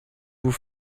vous